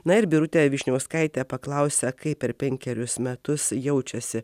na ir birutė vyšniauskaitė paklausia kaip per penkerius metus jaučiasi